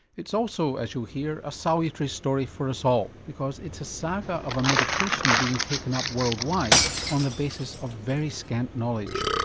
it's also, as you'll hear, a salutary story for us all because it's a saga of a medication being taken up world wide on the basis of very scant knowledge.